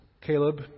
Caleb